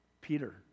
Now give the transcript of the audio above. Peter